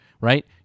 right